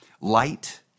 Light